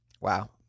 Wow